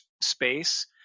space